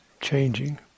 changing